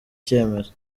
cyemezo